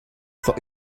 though